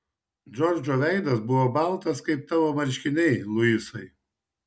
džordžo veidas buvo baltas kaip tavo marškiniai luisai